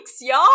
y'all